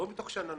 לא מתוך שאננות,